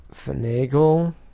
Finagle